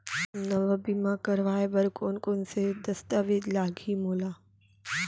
नवा बीमा करवाय बर कोन कोन स दस्तावेज लागही मोला?